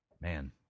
Man